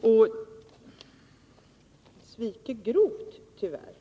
och sviker grovt, tyvärr.